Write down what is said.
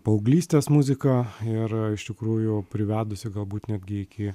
paauglystės muzika ir iš tikrųjų privedusi galbūt netgi iki